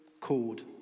called